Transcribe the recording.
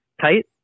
Tight